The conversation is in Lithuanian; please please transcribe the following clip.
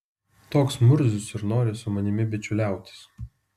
toks murzius ir nori su manimi bičiuliautis